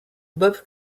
bob